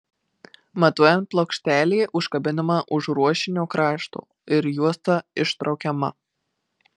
matuojant plokštelė užkabinama už ruošinio krašto ir juosta ištraukiama